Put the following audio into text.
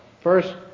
First